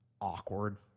awkward